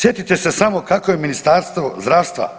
Sjetite se samo kako je Ministarstvo zdravstva